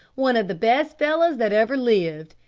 one of the best fellows that ever lived.